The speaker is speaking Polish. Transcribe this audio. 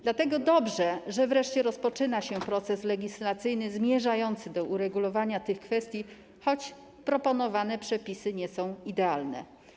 Dlatego dobrze, że wreszcie rozpoczyna się proces legislacyjny zmierzający do uregulowania tych kwestii, choć proponowane przepisy nie są idealne.